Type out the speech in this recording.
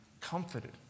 comforted